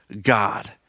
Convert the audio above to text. God